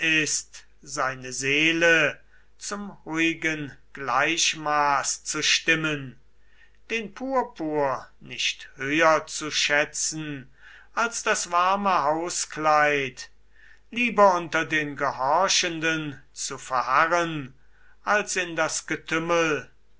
ist seine seele zum ruhigen gleichmaß zu stimmen den purpur nicht höher zu schätzen als das warme hauskleid lieber unter den gehorchenden zu verharren als in das getümmel